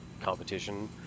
competition